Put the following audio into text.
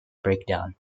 breakdown